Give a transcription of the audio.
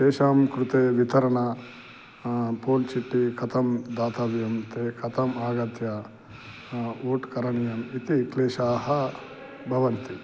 तेषां कृते वितरणं पोल् चिट्टी कथं दातव्यं ते कथम् आगत्य ओट् करणीयम् इति क्लेशाः भवन्ति